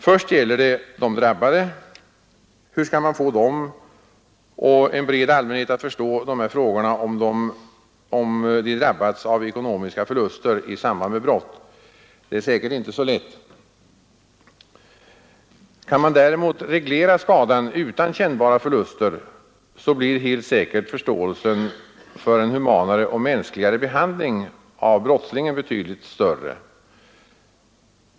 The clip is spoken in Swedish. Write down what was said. Först gäller det de drabbade. Hur skall man få dem och en bred allmänhet att förstå de här frågorna, om de drabbats av ekonomiska förluster i samband med brott? Det är säkerligen inte lätt. Kan man däremot reglera skadan utan kännbara förluster blir helt säkert förståelsen för en humanare och mänskligare behandling av brottslingen betydligt större.